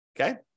okay